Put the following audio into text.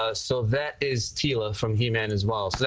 ah so that is tila from he-man as well. so